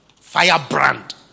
Firebrand